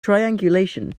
triangulation